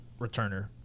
returner